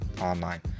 online